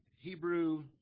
Hebrew